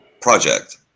project